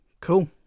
cool